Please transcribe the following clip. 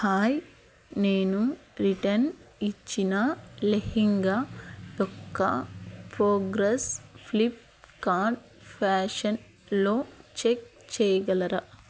hi నేను return ఇచ్చిన లెహెంగా యొక్క ప్రోగ్రస్ ఫ్లిప్కార్డ్ ఫ్యాషన్లో చెక్ చేయగలరా